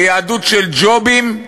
כיהדות של ג'ובים,